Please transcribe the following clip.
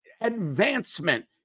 advancement